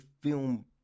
film